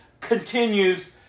continues